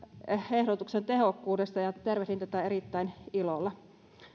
ehdotuksen tehokkuudesta ja tervehdin tätä erittäin ilolla